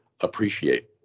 appreciate